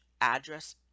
address